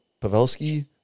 Pavelski